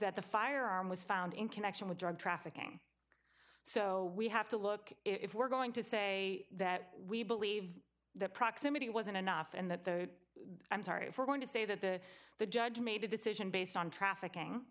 the firearm was found in connection with drug trafficking so we have to look if we're going to say that we believe that proximity wasn't enough and that the i'm sorry for going to say that the the judge made a decision based on trafficking